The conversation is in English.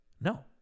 No